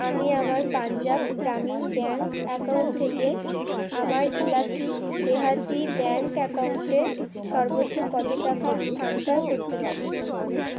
আমি আমার Punjab Gramin bank account থেকে আমার ইলাকি দেহাতি ব্যাঙ্ক অ্যাকাউন্টে সর্বোচ্চ কত টাকা স্থানান্তর করতে পারি